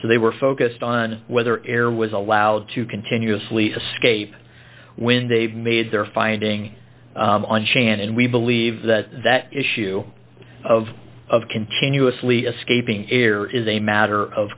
so they were focused on whether air was allowed to continuously scape when they made their finding on jan and we believe that that issue of of continuously escaping air is a matter of